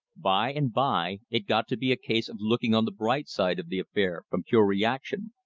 by and by it got to be a case of looking on the bright side of the affair from pure reaction.